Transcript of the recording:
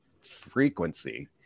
frequency